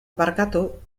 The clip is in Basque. barkatu